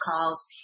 calls